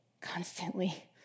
constantly